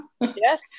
Yes